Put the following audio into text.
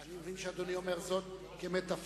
אני מבין שאדוני אומר זאת כמטאפורה,